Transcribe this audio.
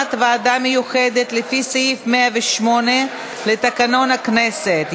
להקמת ועדה מיוחדת, לפי סעיף 108 לתקנון הכנסת.